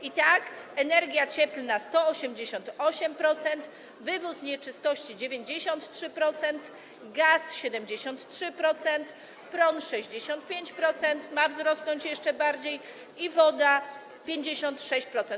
I tak: opłaty za energię cieplną - 188%, wywóz nieczystości - 93%, gaz - 73%, prąd - 65%, a ma wzrosnąć jeszcze bardziej, i wodę - 56%.